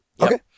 Okay